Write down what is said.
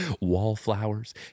Wallflowers